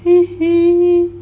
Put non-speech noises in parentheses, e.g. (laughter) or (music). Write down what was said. (laughs)